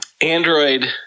Android